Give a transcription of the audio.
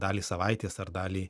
dalį savaitės ar dalį